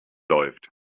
läuft